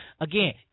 Again